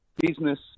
business